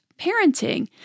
parenting